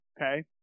Okay